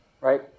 right